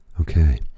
Okay